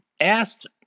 asked